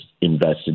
invested